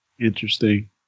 interesting